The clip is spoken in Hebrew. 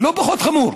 לא פחות חמור.